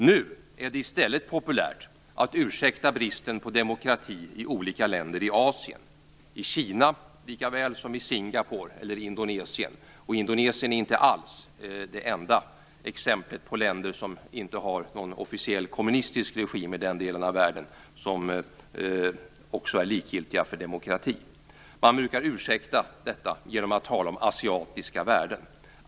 Nu är det i stället populärt att ursäkta bristen på demokrati i olika länder i Asien - i Kina lika väl som i Singapore eller Indonesien. Indonesien är inte alls det enda exemplet på länder i den delen av världen som inte har någon officiell kommunistisk regim och som är likgiltiga för demokratin. Man brukar ursäkta detta genom att tala om asiatiska värden.